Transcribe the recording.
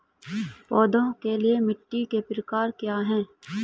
पौधों के लिए मिट्टी के प्रकार क्या हैं?